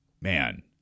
man